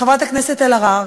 חברת הכנסת אלהרר,